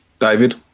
David